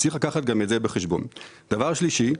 דבר שלישי,